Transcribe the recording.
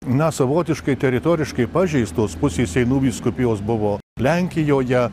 na savotiškai teritoriškai pažeistos pusės seinų vyskupijos buvo lenkijoje